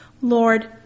Lord